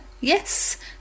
Yes